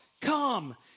come